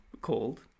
called